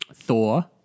Thor